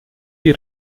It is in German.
die